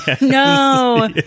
no